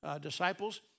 disciples